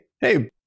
hey